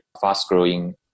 fast-growing